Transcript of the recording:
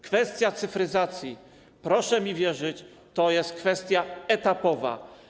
Kwestia cyfryzacji, proszę mi wierzyć, to jest kwestia etapowa.